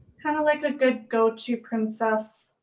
kinda like a good go-to princess,